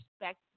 respect